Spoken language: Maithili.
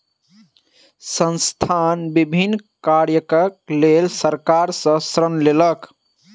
संस्थान विभिन्न कार्यक लेल सरकार सॅ ऋण लेलक